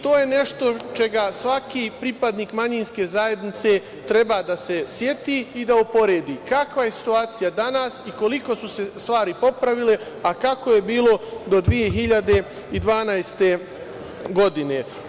To je nešto čega svaki pripadnik manjinske zajednice treba da se seti i da uporedi kakva je situacija danas i koliko su se stvari popravile, a kako je bilo do 2012. godine.